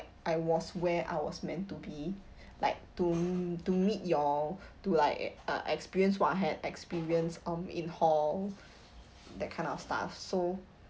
I was where I was meant to be like to to meet y'all to like uh experience what I had experienced um in hall that kind of stuff so